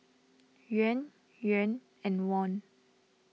Yuan Yuan and Won